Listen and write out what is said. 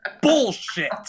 bullshit